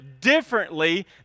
differently